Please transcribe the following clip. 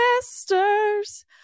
sisters